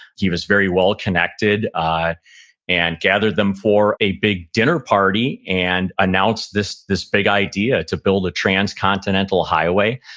he was very well connected and gathered them for a big dinner party and announced this this big idea to build a transcontinental transcontinental highway.